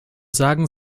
sagen